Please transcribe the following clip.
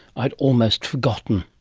i'd almost forgotten.